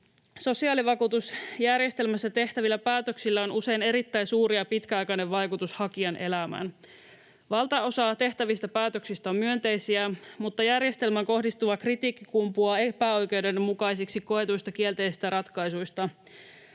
Sosiaalivakuutusjärjestelmässä tehtävillä päätöksillä on usein erittäin suuri ja pitkäaikainen vaikutus hakijan elämään. Valtaosa tehtävistä päätöksistä on myönteisiä, mutta järjestelmään kohdistuva kritiikki kumpuaa epäoikeudenmukaisiksi koetuista kielteisistä ratkaisuista.